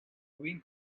green